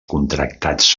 contractats